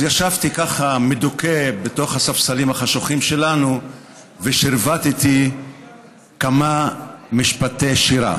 ישבתי מדוכא על הספסלים החשוכים שלנו ושרבטתי כמה משפטי שירה.